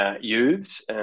youths